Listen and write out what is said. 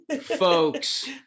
folks